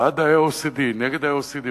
בעד ה-OECD או נגד ה-OECD?